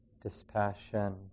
dispassion